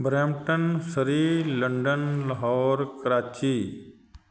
Brampton Surrey London Lahore Karachi